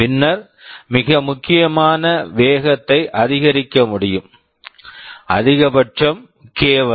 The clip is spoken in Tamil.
பின்னர் மிக முக்கியமான வேகத்தை அதிகரிக்க முடியும் அதிகபட்சம் கே k வரை